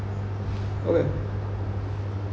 okay